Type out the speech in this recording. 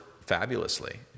fabulously